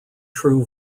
true